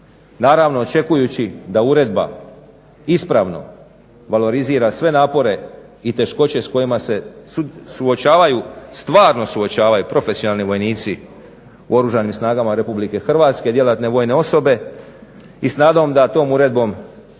Naravno očekujući da uredba ispravno valorizira sve napore i teškoće s kojima se suočavaju, stvarno suočavaju profesionalni vojnici u Oružanim snagama RH, djelatne vojne osobe i s nadom da tom uredbom nećemo